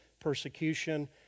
persecution